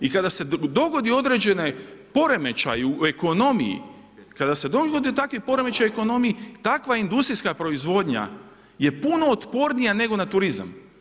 I kada se dogodi određen poremećaj u ekonomiji, kada se dogodi takvi poremećaji u ekonomiji, takva industrijska proizvodnja je puno otpornija nego na turizam.